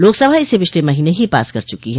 लोकसभा इसे पिछले महीने ही पास कर च्रकी है